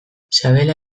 sabela